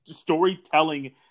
storytelling –